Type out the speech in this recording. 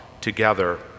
together